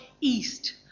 east